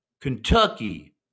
Kentucky